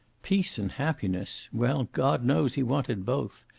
peace and happiness! well, god knows he wanted both.